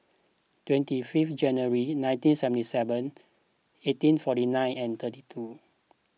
twenty fifth January nineteen seventy seven eighteen forty nine and thirty two